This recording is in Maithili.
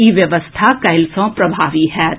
ई व्यवस्था काल्हि सँ प्रभावी होएत